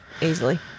easily